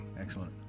Excellent